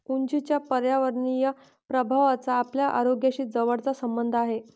उंचीच्या पर्यावरणीय प्रभावाचा आपल्या आरोग्याशी जवळचा संबंध आहे